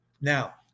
Now